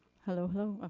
hello, hello.